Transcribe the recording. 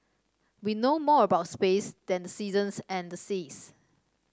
we know more about space than the seasons and the seas